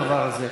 הדבר הזה.